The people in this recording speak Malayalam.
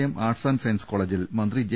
എം ആർട്സ് ആന്റ് സയൻസ് കോളേ ജിൽ മന്ത്രി ജെ